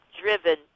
driven